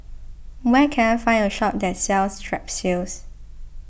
where can I find a shop that sells Strepsils